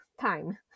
time